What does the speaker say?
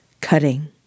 Cutting